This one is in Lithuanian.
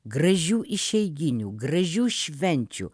gražių išeiginių gražių švenčių